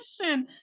question